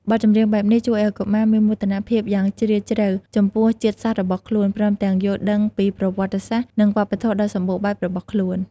បទចម្រៀងបែបនេះជួយឲ្យកុមារមានមោទនភាពយ៉ាងជ្រាលជ្រៅចំពោះជាតិសាសន៍របស់ខ្លួន ព្រមទាំងយល់ដឹងពីប្រវត្តិសាស្ត្រ និងវប្បធម៌ដ៏សម្បូរបែបរបស់ខ្លួន។